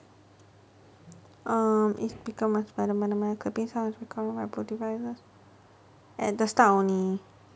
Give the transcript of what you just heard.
um at the start only